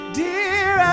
dear